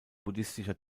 buddhistischer